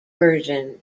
version